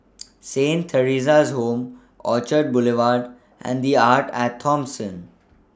Saint Theresa's Home Orchard Boulevard and The Arte At Thomson